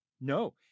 No